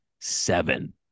seven